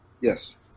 Yes